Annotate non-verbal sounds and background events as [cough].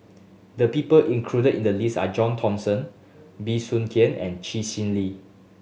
the people included in the list are John Thomson Bey Soon Khiang and Chee [unintelligible] Lee